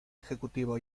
ejecutivo